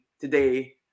today